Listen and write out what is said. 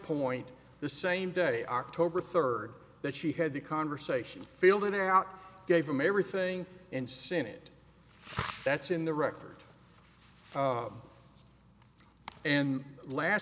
point the same day october third that she had the conversation filled it out gave them everything and senate that's in the record and last